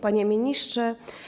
Panie Ministrze!